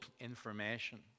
information